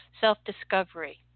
self-discovery